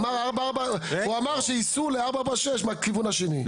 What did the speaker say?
הוא אמר שיסעו ל-446 מהכיוון השני,